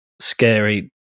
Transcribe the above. scary